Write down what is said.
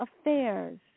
affairs